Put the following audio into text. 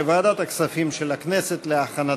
לוועדת הכספים נתקבלה.